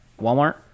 Walmart